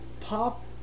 pop